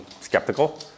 skeptical